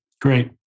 Great